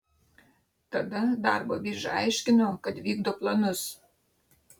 tada darbo birža aiškino kad vykdo planus